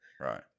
Right